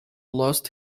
lost